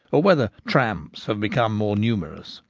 or whether tramps have become more numerous,